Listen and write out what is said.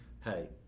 hey